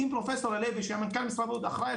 אם פרופסור הלוי שהמנכ"ל משרד הבריאות אחראי על